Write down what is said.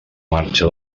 marxa